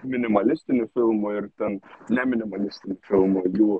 minimalistinių filmų ir ten neminimalistių filmų jų